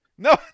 No